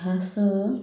ଘାଷ